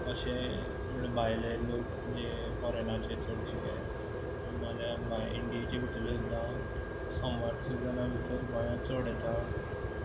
अशें म्हण भायले लोक जे फॉरेनाचे चडशे ना जाल्यार इंडियेचे भितरले सुद्दां समर सिजना भितर गोंयांत चड येता